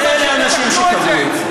אבל אלה האנשים שקבעו את זה.